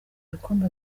ibikombe